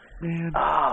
man